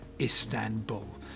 Istanbul